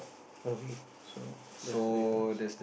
okay so that's a difference